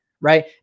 right